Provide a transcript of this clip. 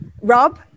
Rob